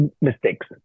mistakes